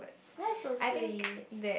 that's so sweet